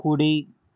కుడి